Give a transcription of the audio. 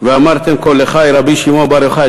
"ואמרתם כה לחי, רבי שמעון בר יוחאי".